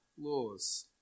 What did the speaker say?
laws